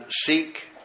seek